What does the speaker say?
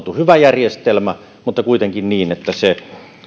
hyvä järjestelmä mutta kuitenkin niin että se